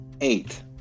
Eight